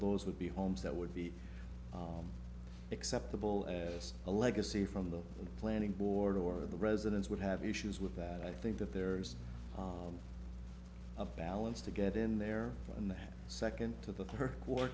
those would be homes that would be acceptable as a legacy from the planning board or the residents would have issues with that i think that there's a balance to get in there in that second to the